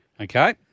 Okay